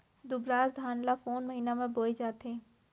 दुबराज धान ला कोन महीना में बोये जाथे?